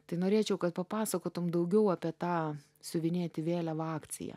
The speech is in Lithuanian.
tai norėčiau kad papasakotum daugiau apie tą siuvinėti vėliavą akciją